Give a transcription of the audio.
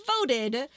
voted